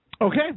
Okay